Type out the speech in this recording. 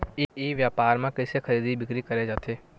ई व्यापार म कइसे खरीदी बिक्री करे जाथे?